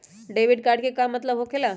Debit card के का मतलब होकेला?